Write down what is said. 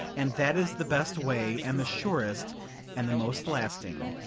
and that is the best way and the surest and the most lasting.